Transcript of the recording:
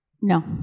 No